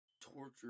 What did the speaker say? torture